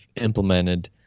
implemented